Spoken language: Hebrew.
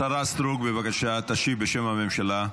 השרה סטרוק, בבקשה, תשיב בשם הממשלה.